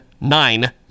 nine